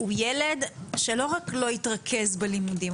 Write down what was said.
הוא ילד שלא רק שלא יתרכז בלימודים,